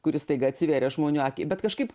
kuri staiga atsiveria žmonių akiai bet kažkaip